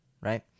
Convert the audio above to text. right